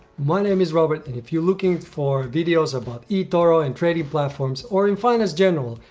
my name is robert and if you're looking for videos about etoro and trading platforms or in finance general,